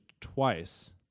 twice